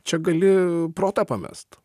čia gali protą pamest